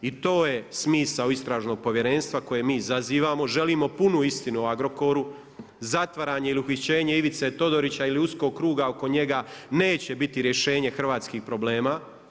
I to je smisao istražnog povjerenstva koje mi zazivamo, želimo punu istinu o Agrokoru, zatvaranje ili uhićenje Ivice Todorića ili uskog kruga oko njega, neće biti rješenje hrvatskih problema.